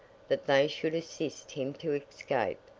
that they should assist him to escape,